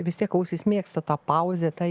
vis tiek ausys mėgsta tą pauzę tą